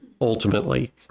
ultimately